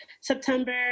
September